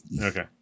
Okay